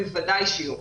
בוודאי שהוא יורד.